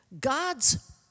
God's